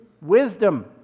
wisdom